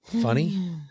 funny